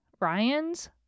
Ryan's